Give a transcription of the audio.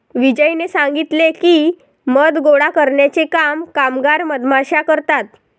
विजयने सांगितले की, मध गोळा करण्याचे काम कामगार मधमाश्या करतात